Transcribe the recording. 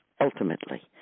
ultimately